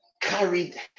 carried